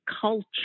culture